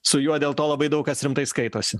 su juo dėl to labai daug kas rimtai skaitosi